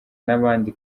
n’abandi